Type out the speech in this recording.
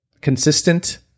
consistent